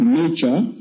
nature